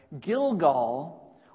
Gilgal